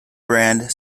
brand